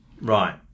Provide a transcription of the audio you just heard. Right